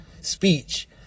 speech